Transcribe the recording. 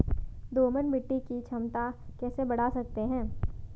दोमट मिट्टी की क्षमता कैसे बड़ा सकते हैं?